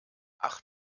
ach